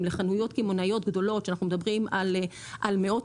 לחנויות קמעונאיות גדולות כשאנחנו מדברים על מאות